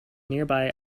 nearby